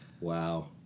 Wow